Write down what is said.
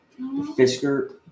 Fisker